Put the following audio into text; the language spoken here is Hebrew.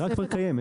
העבירה כבר קיימת,